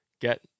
get